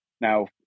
now